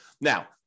Now